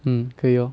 mm 可以 lor